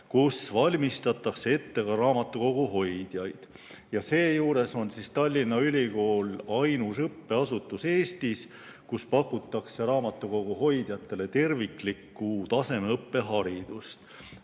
kus valmistatakse ette ka raamatukoguhoidjaid. Seejuures on Tallinna Ülikool ainus õppeasutus Eestis, kus pakutakse raamatukoguhoidjatele terviklikku tasemeõppe haridust.